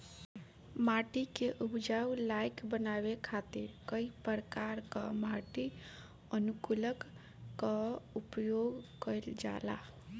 माटी के उपजाऊ लायक बनावे खातिर कई प्रकार कअ माटी अनुकूलक कअ उपयोग कइल जाला